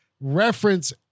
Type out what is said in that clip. reference